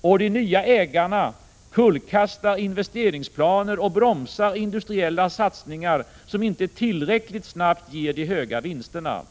Och de nya ägarna kullkastar investeringsplaner och bromsar industriella satsningar som inte tillräckligt snabbt ger de höga vinsterna.